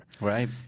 Right